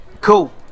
Cool